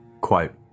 Quote